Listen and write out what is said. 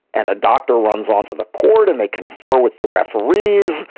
and a doctor runs onto the court and they confer with the referees.